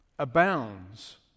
abounds